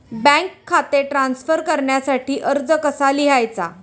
Bank खाते transfer करण्यासाठी अर्ज कसा लिहायचा?